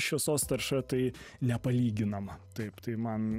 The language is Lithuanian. šviesos tarša tai nepalyginama taip tai man